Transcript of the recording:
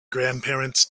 grandparents